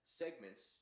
segments